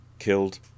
killed